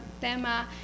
tema